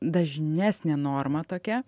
dažnesnė norma tokia